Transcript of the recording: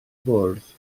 bwrdd